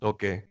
Okay